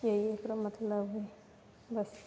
यही एकरो मतलब है बस